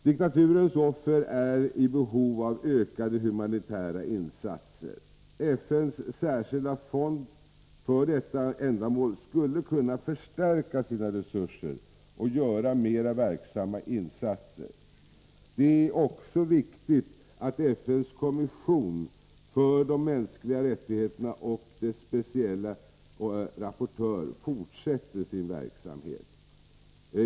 Diktaturens offer är i behov av ökade humanitära insatser. FN:s särskilda fond för detta ändamål skulle kunna förstärka sina resurser och göra mer verksamma insatser. Det är också viktigt att FN:s kommission för de mänskliga rättigheterna och dess specielle rapportör fortsätter sin verksamhet.